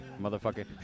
Motherfucker